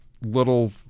little